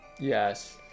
Yes